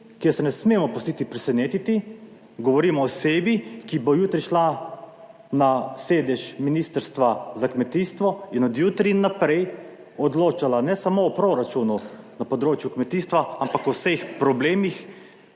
kjer se ne smemo pustiti presenetiti, govorimo o osebi, ki bo jutri šla na sedež Ministrstva za kmetijstvo in od jutri naprej odločala ne samo o proračunu na področju kmetijstva, ampak o vseh problemih,